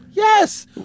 Yes